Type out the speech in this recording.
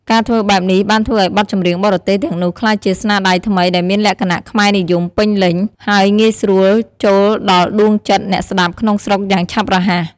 ការធ្វើបែបនេះបានធ្វើឲ្យបទចម្រៀងបរទេសទាំងនោះក្លាយជា ស្នាដៃថ្មីដែលមានលក្ខណៈខ្មែរនិយម ពេញលេញ ហើយងាយស្រួលចូលដល់ដួងចិត្តអ្នកស្តាប់ក្នុងស្រុកយ៉ាងឆាប់រហ័ស។